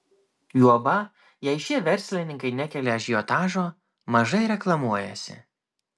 juoba jei šie verslininkai nekelia ažiotažo mažai reklamuojasi